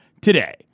today